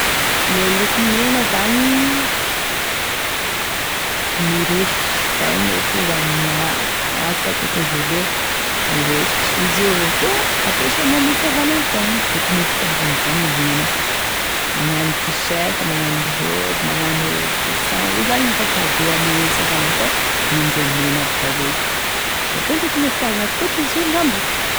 Gne loko mena zany, miresitry zay gne tonga amina ansaiko atoa voalohany, miresitry, izy io avao koa ampesaigny ame Saint Valentin, lokone fitiavagny zany e mena, magnano tee-shirt, magnano robe, magnano coussin io zany atao cadeau ame saint Valentin anindreo mena aby daoly, mety hoe lokone fitiavagny atokotry izy io angamba.